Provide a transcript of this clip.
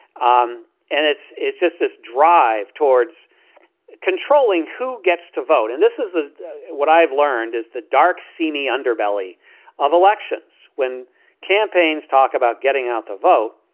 um and it's it's just this drive towards controlling who gets to vote. and this is what i've learned is the dark, seamy underbelly of elections. when campaigns talk about getting out the vote,